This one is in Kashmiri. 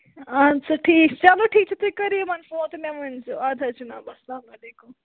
اَہن سا ٹھیٖک چلو ٹھیٖک چھُ تُہۍ کٔرِو یِمن فون تہٕ مےٚ ؤنۍ زیٚو اَدٕ حظ جناب اَسلامُ علیکُم